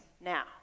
now